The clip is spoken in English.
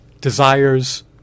desires